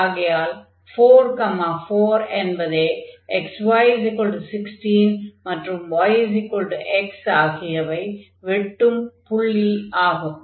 ஆகையால் 4 4 என்பதே xy16 மற்றும் y x ஆகியவை வெட்டும் புள்ளி ஆகும்